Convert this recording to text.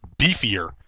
beefier